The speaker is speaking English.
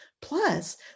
Plus